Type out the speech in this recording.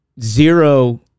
zero